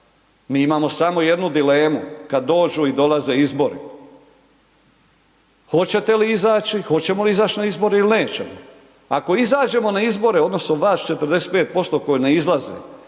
mi imamo samo jednu dilemu kad dođu i dolaze izbori, hoćete li izaći, hoćemo li izaći na izbore ili nećemo. Ako izađemo na izbore odnosno vas 45% koji ne izlaze,